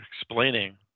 explaining